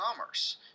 commerce